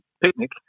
picnic